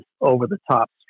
over-the-top